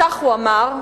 כך הוא אמר,